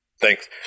Thanks